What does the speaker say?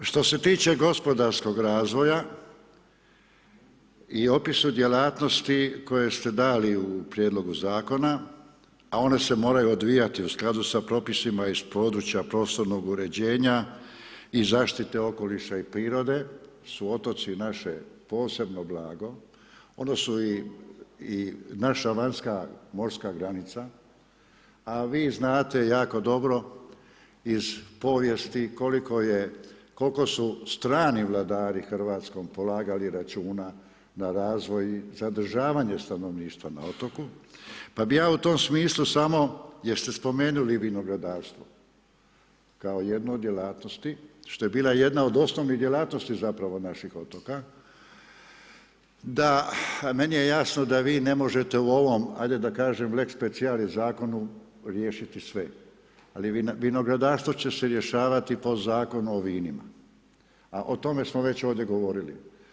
Što se tiče gospodarskog razvoja, i opisu djelatnosti koje ste dali u Prijedlogu Zakona, a one se moraju odvijati u skladu sa propisima iz područja prostornog uređenja, i zaštite okoliša i prirode, su otoci naše posebno blago, ono su i naša vanjska morska granica, a vi znate jako dobro iz povijesti, koliko je, kol'ko su strani vladari Hrvatskom, polagali računa na razvoj i zadržavanje stanovništva na otoku, pa bi ja u tom smislu samo, jeste spomenuli vinogradarstvo kao jednu od djelatnosti, što je bila jedna od osnovnih djelatnosti zapravo naših otoka, da, meni je jasno da vi ne možete u ovom, ajde da kažem Lex specialis Zakonu, riješiti sve, ali vinogradarstvo će se rješavati po Zakonu o vinima, a o tome smo već ovdje govorili.